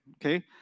Okay